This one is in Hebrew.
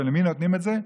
ולמי נותנים את זה?